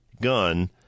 gun